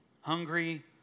hungry